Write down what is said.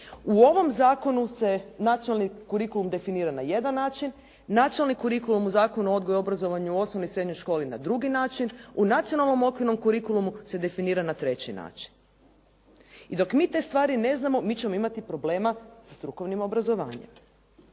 U ovom zakonu se nacionalni kurikulum definira na jedan način, nacionalni kurikulum u Zakonu o odgoju i obrazovanju u osnovnoj i srednjoj školi na drugi način, u nacionalnom okvirnom kurikulumu se definira na treći način. I dok mi te stvari ne znamo mi ćemo imati problema sa strukovnim obrazovanjem.